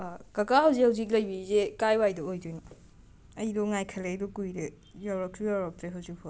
ꯀꯀꯥ ꯍꯧꯖꯤꯛ ꯍꯧꯖꯤꯛ ꯂꯩꯕꯤꯔꯤꯁꯦ ꯀꯔꯥꯏ ꯋꯥꯏꯗ ꯑꯣꯏꯗꯣꯏꯅꯣ ꯑꯩꯗꯣ ꯉꯥꯏꯈꯠꯂꯛꯏꯗꯣ ꯀꯨꯏꯔꯦ ꯌꯧꯔꯛꯁꯨ ꯌꯧꯔꯛꯇ꯭ꯔꯦ ꯍꯧꯖꯤꯛ ꯐꯥꯎꯕ